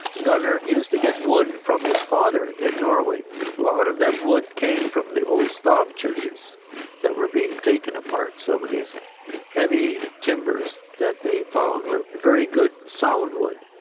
gunnar used to get wood from his father in norway. a lot of that wood came from the old stave churches that were being taken apart. some of these heavy timbers they found were very good sound wood.